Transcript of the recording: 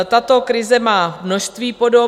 Tato krize má množství podob.